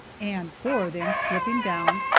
and four of them, slipping down,